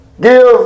give